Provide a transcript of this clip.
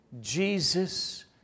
Jesus